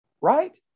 right